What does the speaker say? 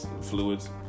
fluids